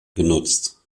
genutzt